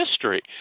history